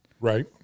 Right